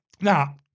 Now